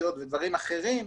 כתוביות ודברים אחרים,